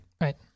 Right